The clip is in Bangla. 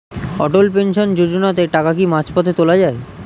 অটল পেনশন যোজনাতে টাকা কি মাঝপথে তোলা যায়?